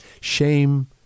Shame